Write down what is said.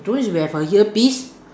don't you have a earpiece